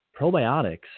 probiotics